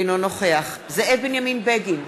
אינו נוכח זאב בנימין בגין,